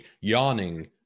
yawning